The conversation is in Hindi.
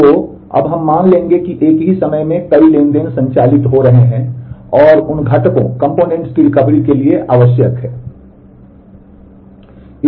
तो अब हम मान लेंगे कि एक ही समय में कई ट्रांज़ैक्शन संचालित हो रहे हैं और उन घटकों के लिए आवश्यक हैं